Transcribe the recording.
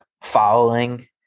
following